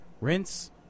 Rinse